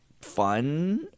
fun